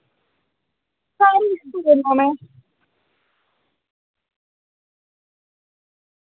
सारी करना में